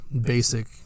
basic